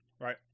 Right